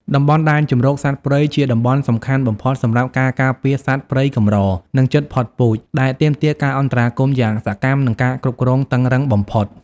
តំបន់ដែនជម្រកសត្វព្រៃជាតំបន់សំខាន់បំផុតសម្រាប់ការការពារសត្វព្រៃកម្រ និងជិតផុតពូជ ដែលទាមទារការអន្តរាគមន៍យ៉ាងសកម្ម និងការគ្រប់គ្រងតឹងរ៉ឹងបំផុត។